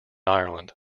ireland